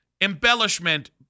embellishment